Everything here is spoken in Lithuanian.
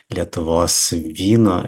lietuvos vyno